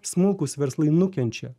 smulkūs verslai nukenčia